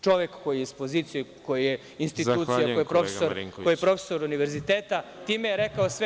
Čovek koji je iz opozicije, koji je institucija, koji je profesor univerziteta, time je rekao sve.